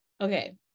Okay